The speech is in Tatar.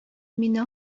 мине